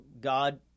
God